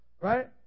right